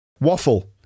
Waffle